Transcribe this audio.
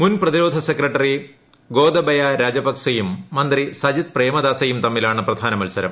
മുൻ പ്രതിരോധ സെക്രട്ടറി ഗോദബയാ രാജപക്സെയും മന്ത്രി സജിത് പ്രേമദാസയും തമ്മിലാണ് പ്രധാന മത്സരം